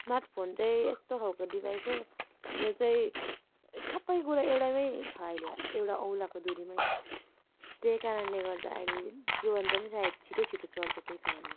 smart phone चाहिँ यस्तो खालको डिभाइस हो जो चाहिँ सबैकुरा एउटामै छ अहिले एउटा औँलाको दुरीमै त्यही कारणले गर्दा अहिले जीवन पनि सायद छिटो छिटो चल्छ त्यही कारणले